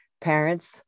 parents